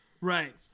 Right